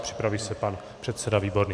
Připraví se pan předseda Výborný.